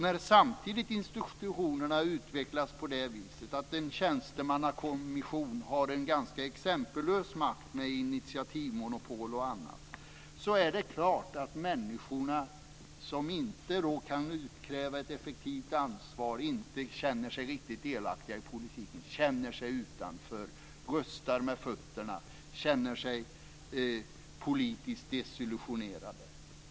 När institutionerna samtidigt utvecklas på det sättet att en tjänstemannakommission har en ganska exempellös makt med initiativmonopol och annat så är det klart att människorna som inte kan utkräva ett effektivt ansvar inte känner sig riktigt delaktiga i politiken utan känner sig utanför och röstar med fötterna och känner sig politiskt desillusionerade.